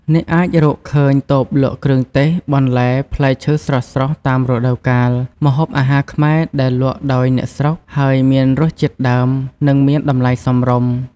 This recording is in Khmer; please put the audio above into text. អ្នកអាចរកឃើញតូបលក់គ្រឿងទេស បន្លែ ផ្លែឈើស្រស់ៗតាមរដូវកាល ម្ហូបអាហារខ្មែរដែលលក់ដោយអ្នកស្រុក ហើយមានរសជាតិដើម និងមានតម្លៃសមរម្យ។